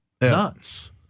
nuts